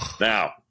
now